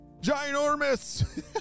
ginormous